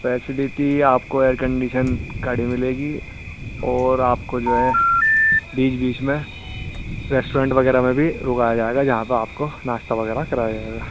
facility آپ کو air condition گاڑی ملے گی اور آپ کو جو ہے بیچ بیچ میں ریسٹورینٹ وغیرہ میں بھی رکایا جائے گا جہاں پہ آپ کو ناشتہ وغیرہ کرایا جائے گا